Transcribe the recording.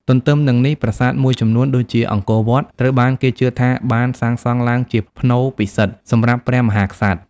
ទទ្ទឹមនឹងនេះ ប្រាសាទមួយចំនួន ដូចជាអង្គរវត្ត ត្រូវបានគេជឿថាបានសាងសង់ឡើងជាផ្នូរពិសិដ្ឋ សម្រាប់ព្រះមហាក្សត្រ។